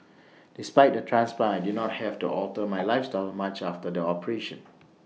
despite the transplant I did not have to alter my lifestyle much after the operation